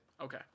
Okay